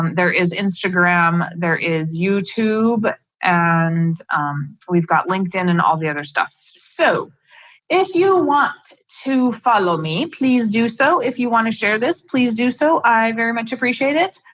there is instagram there is youtube and we've got linkedin and all the other stuff. so if you want to follow me please do so if you want to share this, please do so i very much agree appreciate it.